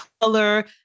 color